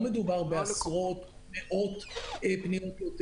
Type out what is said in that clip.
לא מדובר בעשרות או מאות פניות,